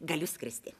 galiu skristi